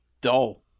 dull